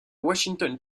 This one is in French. washington